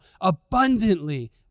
abundantly